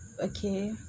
Okay